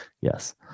Yes